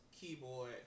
keyboard